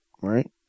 right